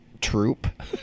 troop